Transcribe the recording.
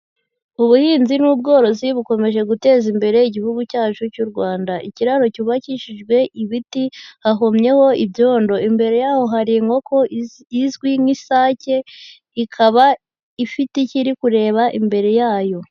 Ubuhinzi n'ubworozi bukomeje guteza imbere igihugu cyacu cy'u Rwanda, ikiraro cyubakishijwe ibiti hahomyeho ibyondo, imbere yaho hari inkoko izwi nk'isake ikaba ifite icyo iri kureba imbere yayo.